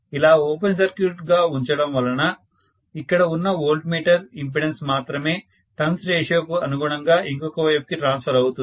ఇలా open circuit గా ఉంచడం వల్ల ఇక్కడ ఉన్న వోల్ట్ మీటర్ ఇంపెడెన్స్ మాత్రమే టర్న్స్ రేషియోకు అనుగుణంగా ఇంకొక వైపుకి ట్రాన్స్ఫర్ అవుతుంది